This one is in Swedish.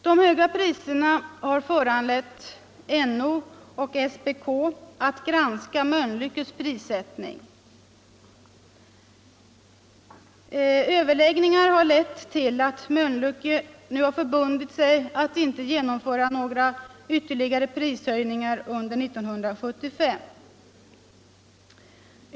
De höga priserna har föranlett NO och SPK att granska Mölnlyckes prissättning. Överläggningar har lett till att Mölnlycke nu har förbundit sig att inte genomföra fler prishöjningar under 1975.